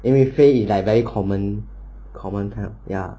因为飞 is like very common common kind ya